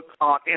on